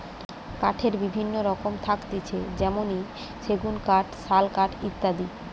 কাঠের বিভিন্ন রকম থাকতিছে যেমনি সেগুন কাঠ, শাল কাঠ ইত্যাদি